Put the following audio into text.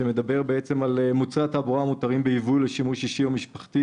שמדבר על "מוצרי התעבורה המותרים בייבוא לשימוש אישי או משפחתי,